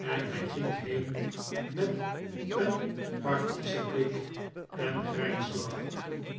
en hij ging heen met een parthischen blik en grijnslach